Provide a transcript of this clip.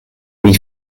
pri